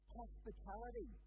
hospitality